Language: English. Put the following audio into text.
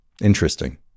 Interesting